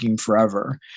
forever